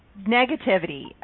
negativity